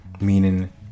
meaning